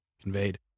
conveyed